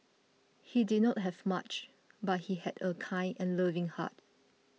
he did not have much but he had a kind and loving heart